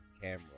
camera